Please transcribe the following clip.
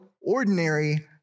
ordinary